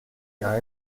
jahr